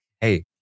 hey